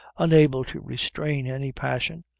unable to restrain any passion,